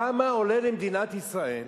כמה עולה למדינת ישראל